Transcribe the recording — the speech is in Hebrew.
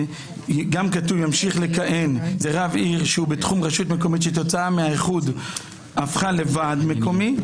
כתוב שרב עיר שהוא בתחום רשות מקומית שכתוצאה מהאיחוד הפכה לוועד מקומי,